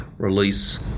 release